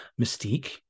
Mystique